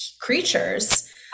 creatures